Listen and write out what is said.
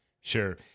Sure